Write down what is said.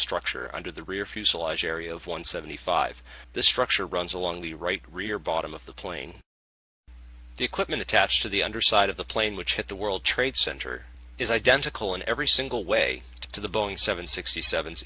structure under the rear fuselage area of one seventy five the structure runs along the right rear bottom of the playing equipment attached to the underside of the plane which hit the world trade center is identical in every single way to the boeing seven sixty seven